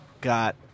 got